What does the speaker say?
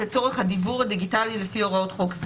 מתיבת הדואר האלקטרוני שלו שהערעור נשלח כדי שהערעור